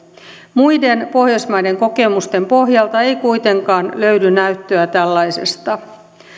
muiden pohjoismaiden kokemusten pohjalta ei kuitenkaan löydy näyttöä tällaisesta